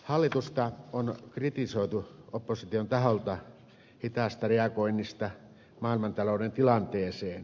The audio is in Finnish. hallitusta on kritisoitu opposition taholta hitaasta reagoinnista maailmantalouden tilanteeseen